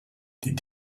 die